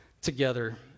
together